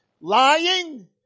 Lying